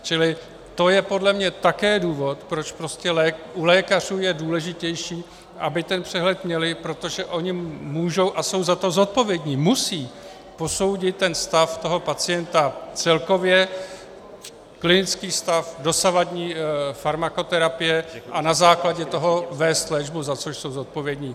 Čili to je podle mě také důvod, proč prostě u lékařů je důležitější, aby ten přehled měli, protože oni můžou, a oni jsou za to zodpovědní, oni musejí posoudit stav pacienta celkově, klinický stav, dosavadní farmakoterapie a na základě toho vést léčbu, za což jsou zodpovědní.